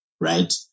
right